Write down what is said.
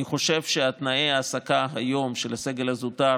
אני חושב שתנאי ההעסקה היום של הסגל הזוטר